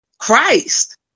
Christ